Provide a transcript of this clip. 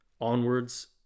Onwards